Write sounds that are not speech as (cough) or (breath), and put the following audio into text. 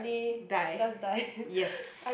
die (breath) yes